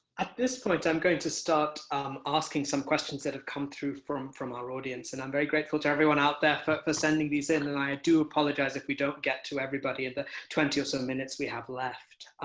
at this point, i'm going to start asking some questions that have come through from from our audience. and i'm very grateful to everyone out there for for sending these in. and i do apologize if we don't get to everybody in the twenty or so minutes we have left.